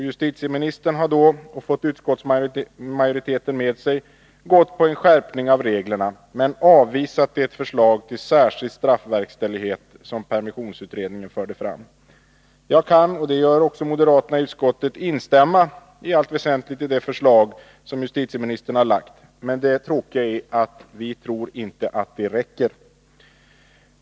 Justitieministern har därvid — och han har fått utskottsmajoriteten med sig — gått på en skärpning av reglerna men avvisat det förslag till särskild straffverkställighet som permissionsutredningen förde fram. Jag kan — och det gör också moderaterna i utskottet — i allt väsentligt instämma i det förslag som justitieministern har lagt fram, men det tråkiga är att vi tror att det inte räcker.